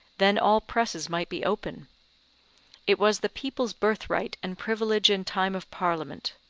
then all presses might be open it was the people's birthright and privilege in time of parliament,